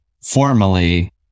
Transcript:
formally